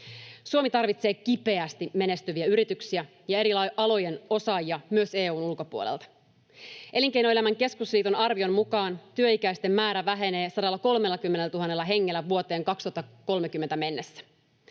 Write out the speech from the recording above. Suomi tarvitsee kipeästi menestyviä yrityksiä ja eri alojen osaajia myös EU:n ulkopuolelta. Elinkeinoelämän keskusliiton arvion mukaan työikäisten määrä vähenee 130 000 hengellä vuoteen 2030 mennessä.